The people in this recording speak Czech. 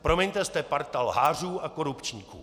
Promiňte, jste parta lhářů a korupčníků!